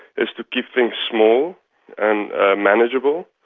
is to keep things small and manageable,